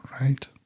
right